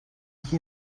qui